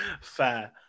Fair